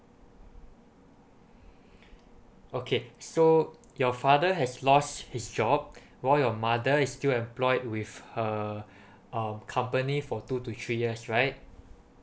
okay so your father has lost his job while your mother is still employed with her uh company for two to three years right